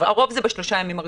הרוב זה בשלושה הימים הראשונים.